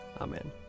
Amen